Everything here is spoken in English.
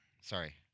Sorry